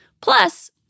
Plus